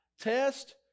Test